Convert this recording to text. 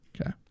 Okay